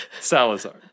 Salazar